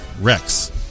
Rex